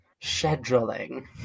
scheduling